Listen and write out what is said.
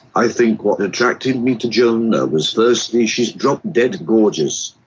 i think what attracted me to joanna was firstly she is drop-dead gorgeous,